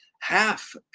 half